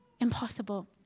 impossible